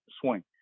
swing